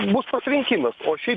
bus pasirinkimas o šiaip